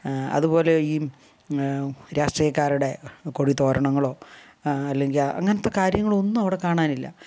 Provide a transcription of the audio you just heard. അതുപോലെ ഈ രാഷ്ട്രീയക്കാരുടെ കൊടി തോരണങ്ങളോ അല്ലെങ്കിൽ അങ്ങനത്തെ കാര്യങ്ങളൊന്നും അവിടെ കാണാനില്ല